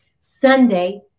Sunday